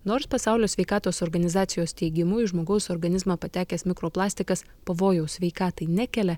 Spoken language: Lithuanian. nors pasaulio sveikatos organizacijos teigimu į žmogaus organizmą patekęs mikroplastikas pavojaus sveikatai nekelia